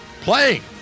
playing